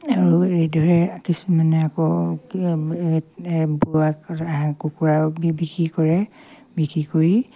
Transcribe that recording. আৰু এইদৰে কিছুমানে আকৌ কুকুৰা বিক্ৰী কৰে বিক্ৰী কৰি